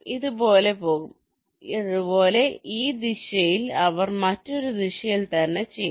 ഇതുപോലെ പോകും അതുപോലെ ഈ ദിശയിൽ അവർ മറ്റൊരു ദിശയിൽ തന്നെ ചെയ്യും